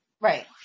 right